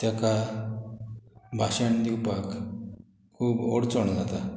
तेका भाशण दिवपाक खूब अडचण जाता